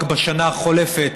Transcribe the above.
רק בשנה החולפת,